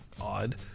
odd